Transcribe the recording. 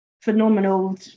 phenomenal